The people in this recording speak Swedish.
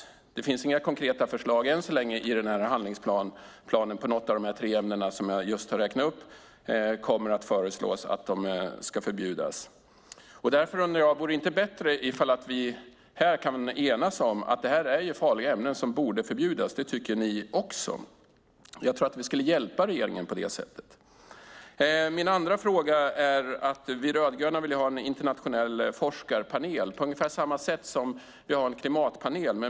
Det finns än så länge inga konkreta förslag i handlingsplanen om att man kommer att föreslå att något av de tre ämnen som jag just räknade upp ska förbjudas. Därför undrar jag om det inte vore bättre ifall vi här kunde enas om att det här är farliga ämnen som borde förbjudas. Det tycker ni också. Jag tror att vi skulle hjälpa regeringen på det sättet. Jag vill ta upp en annan fråga. Vi rödgröna vill ha en internationell forskarpanel på ungefär samma sätt som vi har en klimatpanel.